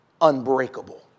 unbreakable